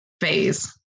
phase